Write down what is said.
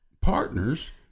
partners